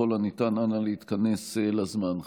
ככל הניתן, אנא, להתכנס לזמן.